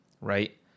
right